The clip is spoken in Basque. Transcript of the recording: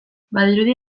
badirudi